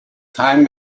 time